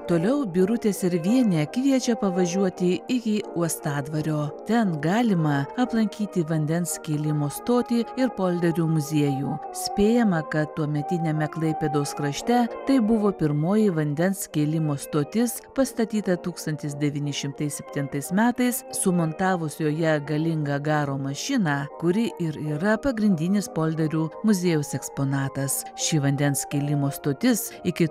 toliau birutė servienė kviečia pavažiuoti iki uostadvario ten galima aplankyti vandens kėlimo stotį ir polderių muziejų spėjama kad tuometiniame klaipėdos krašte tai buvo pirmoji vandens kėlimo stotis pastatyta tūkstantis devyni šimtai septintais metais sumontavus joje galingą garo mašiną kuri ir yra pagrindinis polderių muziejaus eksponatas ši vandens kėlimo stotis iki